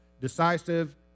decisive